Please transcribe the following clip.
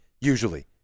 usually